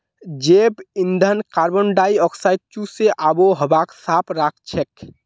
जैव ईंधन कार्बन डाई ऑक्साइडक चूसे आबोहवाक साफ राखछेक